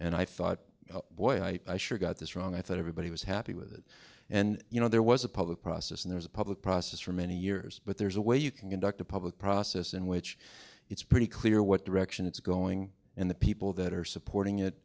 and i thought boy i sure got this wrong i thought everybody was happy with it and you know there was a public process and there's a public process for many years but there's a way you can conduct a public process in which it's pretty clear what direction it's going and the people that are supporting it